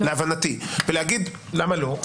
ואז להגיד למה לא.